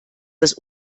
das